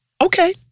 okay